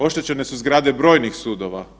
Oštećene su zgrade brojnih sudova.